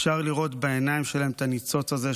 אפשר לראות בעיניים שלהם את הניצוץ הזה,